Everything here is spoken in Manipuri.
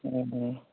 ꯑꯥ ꯑꯥ